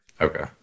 Okay